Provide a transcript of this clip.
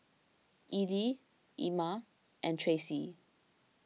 Ellie Ima and Tracey